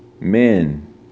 men